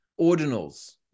ordinals